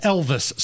Elvis